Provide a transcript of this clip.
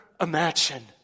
imagine